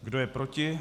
Kdo je proti?